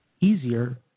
easier